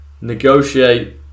negotiate